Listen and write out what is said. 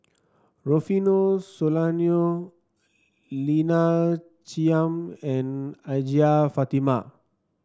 Rufino Soliano Lina Chiam and Hajjah Fatimah